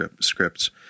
scripts